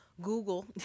Google